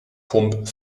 pump